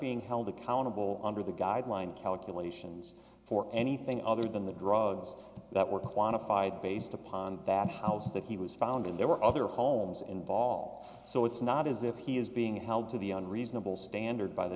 being held accountable under the guideline calculations for anything other than the drugs that were quantified based upon that house that he was found and there were other homes involved so it's not as if he is being held to the on a reasonable standard by the